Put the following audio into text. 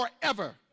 forever